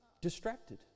distracted